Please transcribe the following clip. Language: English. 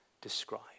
describe